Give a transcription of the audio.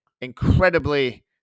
incredibly